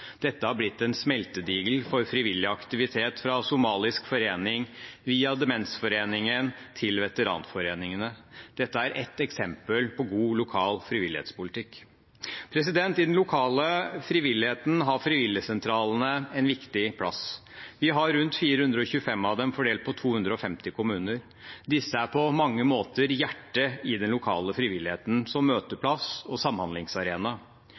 Dette har blitt en smeltedigel for frivillig aktivitet, fra Somalisk forening via demensforeningen til veteranforeningene. Dette er ett eksempel på god lokal frivillighetspolitikk. I den lokale frivilligheten har frivilligsentralene en viktig plass. Vi har rundt 425 av dem, fordelt på 250 kommuner. Disse er på mange måter hjertet i den lokale frivilligheten, som møteplass og samhandlingsarena.